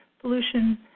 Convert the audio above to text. pollution